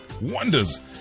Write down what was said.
wonders